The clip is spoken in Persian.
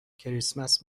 کریسمس